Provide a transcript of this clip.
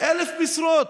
1,000 משרות.